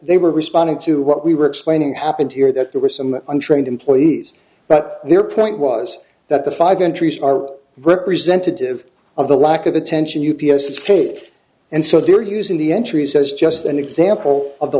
they were responding to what we were explaining happened here that there were some untrained employees but their point was that the five entries are representative of the lack of attention u p s escape and so they're using the entries as just an example of the